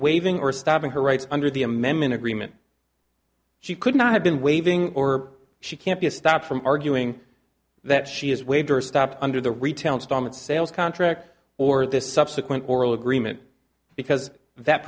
waiving or stopping her rights under the amendment agreement she could not have been waving or she can't be a stop from arguing that she has waived her stop under the retail installment sales contract or this subsequent oral agreement because that